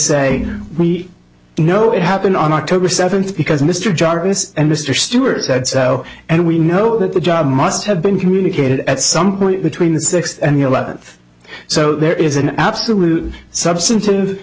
say we know it happened on october seventh because mr jarvis and mr stewart said so and we know that the job must have been communicated at some point between the sixth and the eleventh so there is an absolute substan